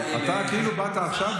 אתה כאילו באת עכשיו,